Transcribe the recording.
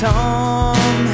Tom